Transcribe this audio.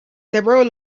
several